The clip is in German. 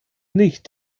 nicht